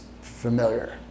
familiar